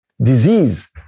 disease